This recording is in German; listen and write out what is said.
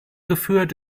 geführt